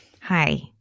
hi